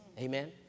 Amen